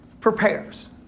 prepares